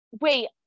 Wait